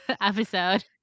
episode